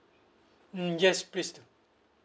mm yes please